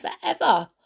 forever